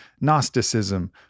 Gnosticism